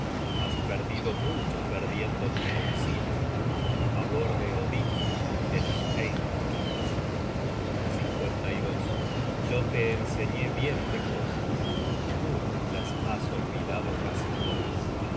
has perdido mucho perdiendo mi auxilio el favor de odin y de los einhaeryars yo te enseñé bien de cosas tú las has olvidado casi todas